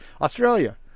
Australia